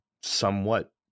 somewhat